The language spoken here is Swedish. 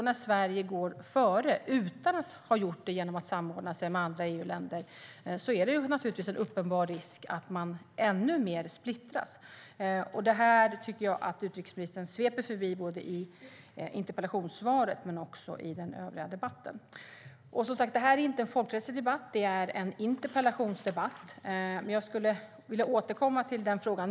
När Sverige då går före utan att ha gjort det genom att samordna sig med andra EU-länder är det naturligtvis en uppenbar risk att man splittras ännu mer. Detta tycker jag att utrikesministern sveper förbi både i interpellationssvaret och i den övriga debatten. Detta är, som sagt, inte en folkrättslig debatt utan en interpellationsdebatt. Men jag skulle vilja återkomma till denna fråga.